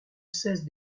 cesse